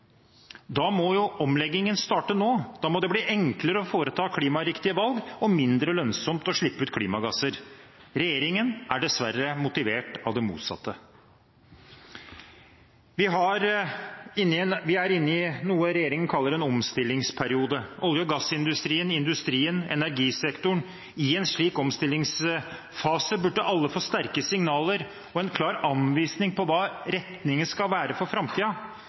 Da må omleggingen starte nå, da må det bli enklere å foreta klimariktige valg og mindre lønnsomt å slippe ut klimagasser. Regjeringen er dessverre motivert av det motsatte. Vi er inne i noe regjeringen kaller en omstillingsperiode. Olje- og gassindustrien, industrien og energisektoren burde alle i en slik omstillingsfase få sterke signaler og en klar anvisning på hva retningen skal være for